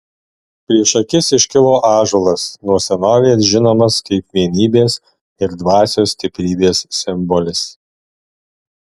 prieš akis iškilo ąžuolas nuo senovės žinomas kaip vienybės ir dvasios stiprybės simbolis